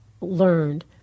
learned